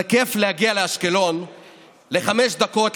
זה כיף להגיע לאשקלון לחמש דקות,